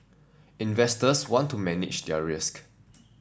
investors want to manage their risk